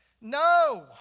No